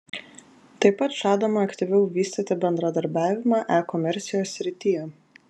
tai pat žadama aktyviau vystyti bendradarbiavimą e komercijos srityje